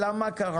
מה קרה